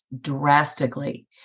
drastically